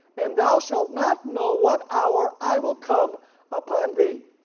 and thou shalt not know what hour i will come upon thee.